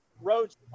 roads